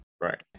Right